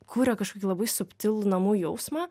kuria kažkokį labai subtilų namų jausmą